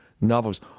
novels